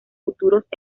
futuros